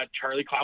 Charlie